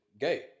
gay